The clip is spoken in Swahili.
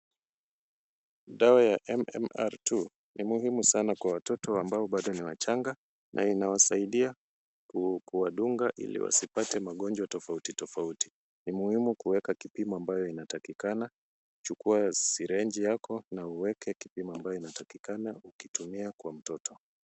Dawa ya MMR II, ni muhimu sana kwa watoto ambao bado ni wachanga na inawasaidia kuwadunga ili wasipate magonjwa tofauti tofauti. Ni muhimu kuweka kipimo ambayo inatakikana. Chukua sirinji yako na uweke kipimo ambayo inatakikana ukitumia kwa mtoto.